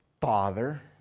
Father